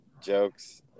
jokes